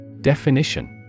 Definition